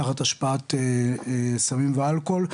תחת השפעת סמים ואלכוהול,